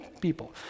people